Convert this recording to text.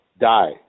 die